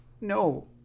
no